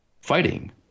fighting